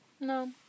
No